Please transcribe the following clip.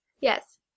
Yes